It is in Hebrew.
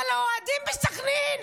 אבל האוהדים בסח'נין,